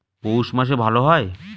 পৌষ মাসে ভালো হয়?